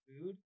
food